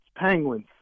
Penguins